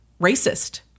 racist